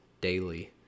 daily